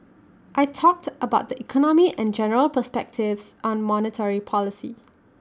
I talked about the economy and general perspectives on monetary policy